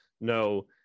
no